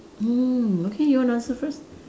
mm okay you want to answer first